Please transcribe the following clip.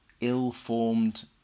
ill-formed